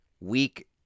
weak